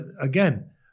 again